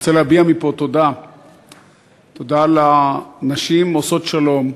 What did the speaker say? רוצה להביע מפה תודה ל"נשים עושות שלום",